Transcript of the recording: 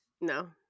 No